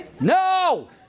No